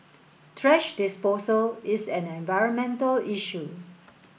thrash disposal is an environmental issue